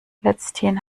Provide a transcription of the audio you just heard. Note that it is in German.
letzthin